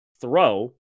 throw